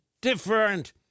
different